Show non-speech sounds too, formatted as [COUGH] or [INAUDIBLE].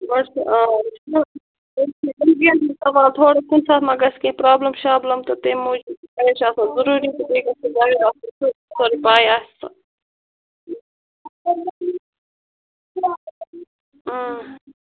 گۅڈٕ چھِ آ چھِ تمٔۍسٕے [UNINTELLIGIBLE] تھوڑا کُنہِ ساتہٕ ما گژھِ کیٚنٛہہ پرٛابلِم شابلِم تہٕ تَمہِ موٗجوٗب یہِ حَظ چھُ آسان ضروٗری تہٕ بیٚیہٕ گژھِ گایڈ آسُن سُہ یَس سٲرٕے پےَ آسہِ تہٕ